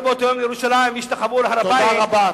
באותו יום לירושלים וישתחוו על הר-הבית,